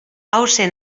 hauxe